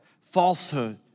falsehood